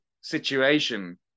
situation